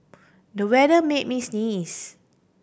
the weather made me sneeze